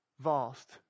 vast